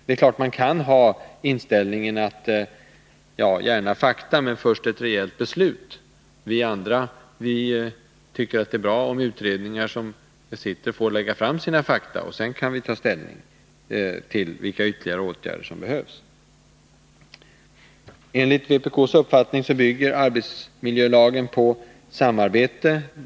Man kan naturligtvis ha inställningen: gärna fakta men först ett rejält beslut. Vi andra tycker att det är bra om utredningar får lägga fram fakta, och sedan kan vi ta ställning till vilka ytterligare åtgärder som behöver vidtas. Enligt vpk:s uppfattning bygger arbetsmiljölagen på samarbete.